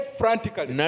frantically